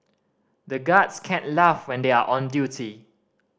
the guards can't laugh when they are on duty